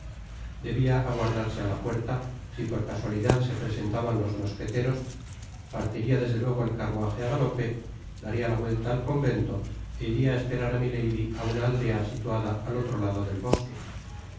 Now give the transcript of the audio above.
debia aguardarse á la puerta si por casualidad se presentaban los mosqueteros partiria desde luego el carruaje á galope daria la vuelta al convento ó iria á esperar á milady á una aldea situada al otro lado del bosque en